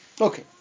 Okay